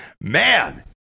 Man